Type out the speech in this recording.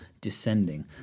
descending